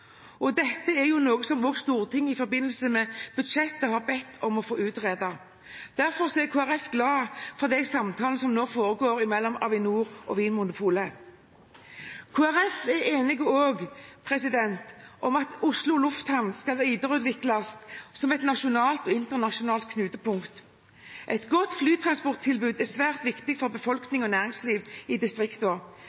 Og dette er også noe Stortinget i forbindelse med budsjettet har bedt om å få utredet. Derfor er Kristelig Folkeparti glad for de samtalene som nå foregår mellom Avinor og Vinmonopolet. Kristelig Folkeparti er også enig i at Oslo lufthavn skal videreutvikles som et nasjonalt og internasjonalt knutepunkt. Et godt flytransporttilbud er svært viktig for